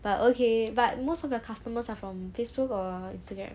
but okay but most of your customers are from facebook or instagram